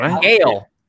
Gail